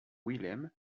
wilhelm